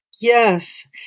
Yes